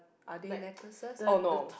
are they necklaces oh no